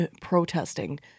protesting